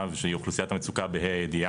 ושהיא אוכלוסיית המצוקה ב-ה' הידיעה.